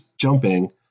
jumping